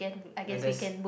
and there's